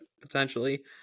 potentially